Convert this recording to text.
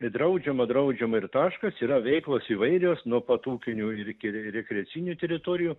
draudžiama draudžiama ir taškas yra veiklos įvairios nuo pat ūkinių ir iki rekreacinių teritorijų